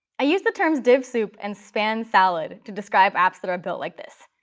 i use the terms div soup and span salad to describe apps that are built like this.